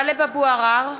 אינו נוכח טלב אבו עראר,